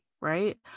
right